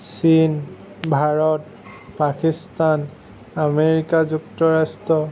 চীন ভাৰত পাকিস্তান আমেৰিকা যুক্তৰাস্ট্ৰ